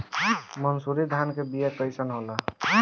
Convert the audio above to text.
मनसुरी धान के बिया कईसन होला?